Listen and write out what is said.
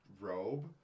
robe